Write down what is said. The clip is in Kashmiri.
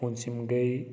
پوٗنٛژِم گٔے